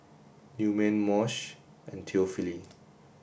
Newman Moshe and Theophile